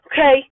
Okay